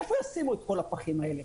איפה ישימו את כל הפחים האלה?